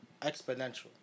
exponential